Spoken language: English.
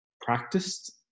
practiced